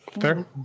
Fair